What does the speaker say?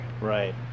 Right